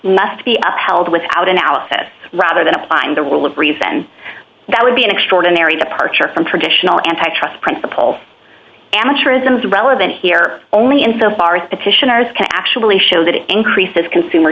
must be upheld without analysis rather than applying the rule of reason that would be an extraordinary departure from traditional antitrust principles amateurism is relevant here only in so far as petitioners can actually show that it increases consumer